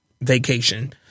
vacation